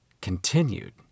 continued